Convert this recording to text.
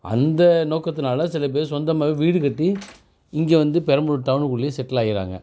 அந்த நோக்கதினால சில பேர் சொந்தமாகவே வீடுகட்டி இங்கே வந்து பெரம்பலூர் டவுனுக்குள்ளேயே செட்டில் ஆகிர்றாங்க